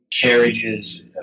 carriages